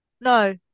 No